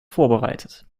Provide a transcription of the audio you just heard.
vorbereitet